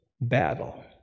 battle